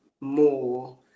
more